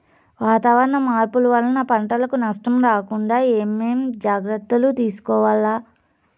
వాతావరణ మార్పులు వలన పంటలకు నష్టం రాకుండా ఏమేం జాగ్రత్తలు తీసుకోవల్ల?